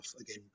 again